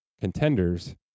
contenders